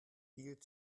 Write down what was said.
viel